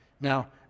Now